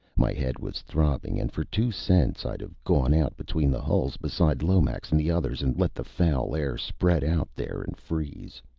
my head was throbbing, and for two cents i'd have gone out between the hulls beside lomax and the others and let the foul air spread out there and freeze.